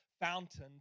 fountain